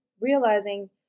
realizing